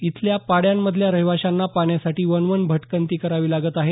इथल्या पाड्यांमधल्या रहिवाश्यांना पाण्यासाठी वणवण भटकंती करावी लागत आहे